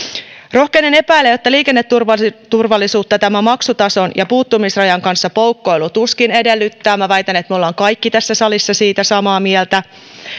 rohkenen epäillä että liikenneturvallisuutta tämä maksutason ja puuttumisrajan kanssa poukkoilu tuskin edistää minä väitän että me olemme kaikki tässä salissa siitä samaa mieltä